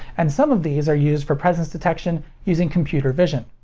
and some of these are used for presence detection using computer vision.